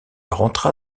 rentra